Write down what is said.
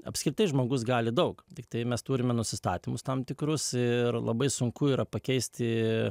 apskritai žmogus gali daug tiktai mes turime nusistatymus tam tikrus ir labai sunku yra pakeisti